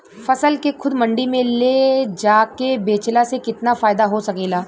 फसल के खुद मंडी में ले जाके बेचला से कितना फायदा हो सकेला?